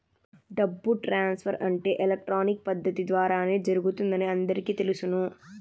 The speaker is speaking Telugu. డబ్బు ట్రాన్స్ఫర్ అంటే ఎలక్ట్రానిక్ పద్దతి ద్వారానే జరుగుతుందని అందరికీ తెలుసును